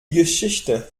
geschichte